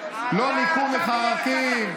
לא ניקו מחרקים,